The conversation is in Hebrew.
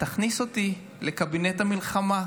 תכניס אותי לקבינט המלחמה.